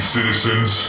citizens